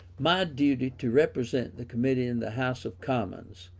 my duty to represent the committee in the house of commons,